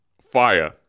fire